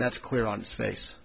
that's clear on its face